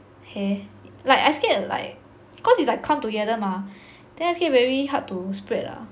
hair like I scared like cause it's like come together mah then I scared very hard to spread ah